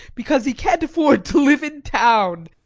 because he can't afford to live in town.